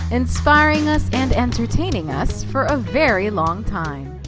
inspiring us and entertaining us for a very long time.